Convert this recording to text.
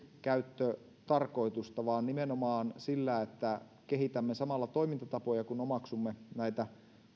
käyttötarkoitusta nimenomaan sillä että kehitämme samalla toimintatapoja kun omaksumme näitä